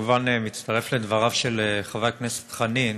כמובן, אני מצטרף לדבריו של חבר הכנסת חנין.